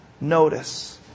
Notice